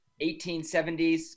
1870s